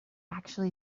actually